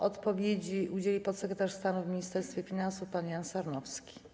Odpowiedzi udzieli podsekretarz stanu w Ministerstwie Finansów pan Jan Sarnowski.